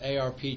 ARP